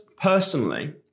personally